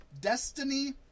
Destiny